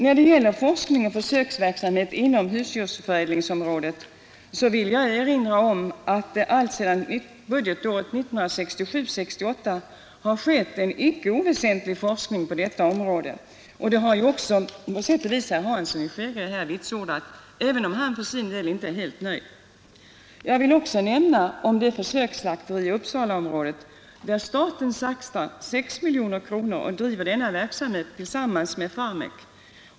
När det gäller forskning och försöksverksamhet inom husdjursförädlingsområdet vill jag erinra om att det alltsedan budgetåret 1967/68 har skett en icke oväsentlig forskning på detta område, och det har på sätt och vis också herr Hansson i Skegrie här vitsordat även om han för sin del inte är helt nöjd. Jag vill också nämna det försöksslakteri i Uppsalaområdet där staten satsat 6 miljoner kronor och driver denna verksamhet tillsammans med Farmek.